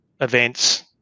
events